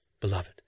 beloved